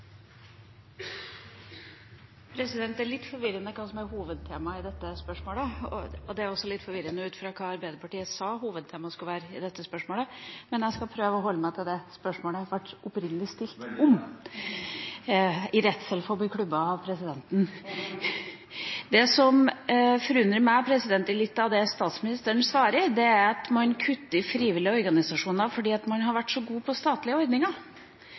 litt forvirrende hva som er hovedtemaet i dette spørsmålet, og det er også litt forvirrende ut fra hva Arbeiderpartiet sa hovedtemaet i spørsmålet skulle være. Men jeg skal prøve å holde meg til det spørsmålet opprinnelig ble stilt om – i redsel for å bli klubbet av presidenten. Det som forundrer meg litt i det statsministeren svarer, er at man kutter til frivillige organisasjoner fordi man har vært så god på statlige ordninger.